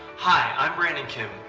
hi. i'm brandon kim,